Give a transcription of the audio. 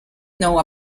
now